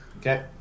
Okay